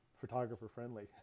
photographer-friendly